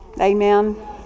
Amen